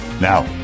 Now